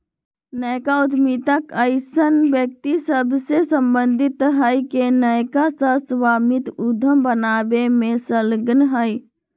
नयका उद्यमिता अइसन्न व्यक्ति सभसे सम्बंधित हइ के नयका सह स्वामित्व उद्यम बनाबे में संलग्न हइ